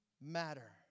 matter